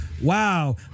wow